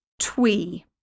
twee